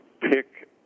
pick